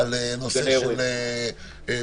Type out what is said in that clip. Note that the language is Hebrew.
כמו שדיברנו על הנושא של המקומות